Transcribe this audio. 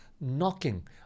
knocking